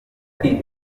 ari